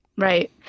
Right